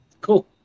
Cool